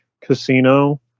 Casino